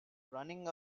running